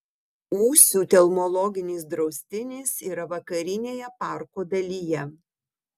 ūsių telmologinis draustinis yra vakarinėje parko dalyje